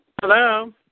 Hello